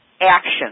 action